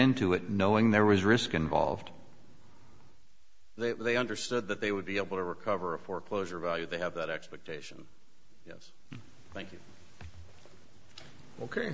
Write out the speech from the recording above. into it knowing there was risk involved they understood that they would be able to recover a foreclosure value they have that expectation yes